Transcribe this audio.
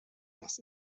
das